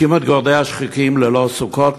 הקימו את גורדי השחקים ללא סוכות,